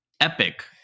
epic